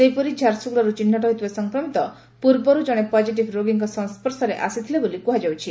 ସେହିପରି ଝାରସୁଗୁଡାରୁ ଚିହ୍ବଟ ହୋଇଥିବା ସଂକ୍ରମିତ ପୂର୍ବରୁ ଜଶେ ପଜିଟିଭ ରୋଗୀଙ୍କ ସଂସ୍ୱର୍ଶରେ ଆସିଥିଲେ ବୋଲି କୁହାଯାଉଛି